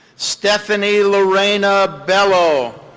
stephanie lorena bellow.